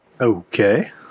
Okay